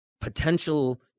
potential